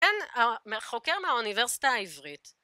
אין אה... מהחוקר מהאוניברסיטה העברית.